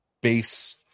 base